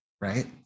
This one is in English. right